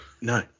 no